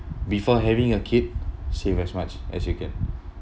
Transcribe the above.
before having a kid save as much as you can